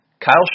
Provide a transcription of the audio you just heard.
Kyle